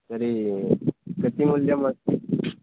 तर्हि कति मूल्यमस्ति